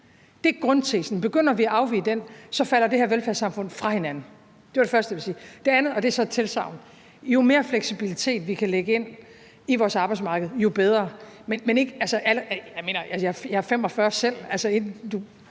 Det er grundtesen. Begynder vi at afvige fra den, falder det her velfærdssamfund fra hinanden. Det er det første, jeg vil sige. Det andet – og det er så et tilsagn – er, at jo mere fleksibilitet, vi kan lægge ind på vores arbejdsmarked, jo bedre. Altså, jeg er 45 år selv,